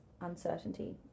uncertainty